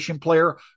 player